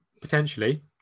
potentially